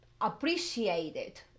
appreciated